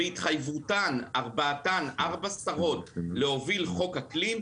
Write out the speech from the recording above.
והתחייבותן להוביל חוק אקלים,